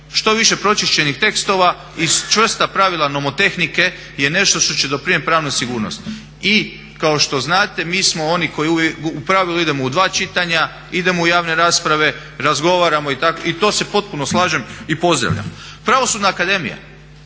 Što više pročišćenih tekstova i čvrsta pravila nomotehnike je nešto što će doprinijeti pravnoj sigurnosti. I kao što znate mi smo oni koji u pravilu idemo u dva čitanja, idemo u javne rasprave, razgovaramo i to se potpuno slažem i pozdravljam. Pravosudna akademija,